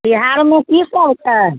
बिहारमे किसब छै